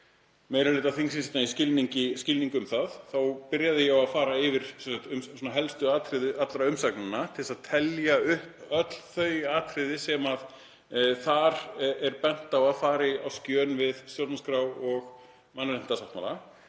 meiri hluta þingsins í skilning um það byrjaði ég á að fara yfir helstu atriði allra umsagnanna, til að telja upp öll þau atriði sem þar er bent á að fari á skjön við stjórnarskrá og mannréttindasáttmála.